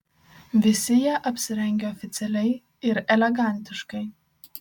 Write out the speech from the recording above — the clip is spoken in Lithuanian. visi jie apsirengę oficialiai ir elegantiškai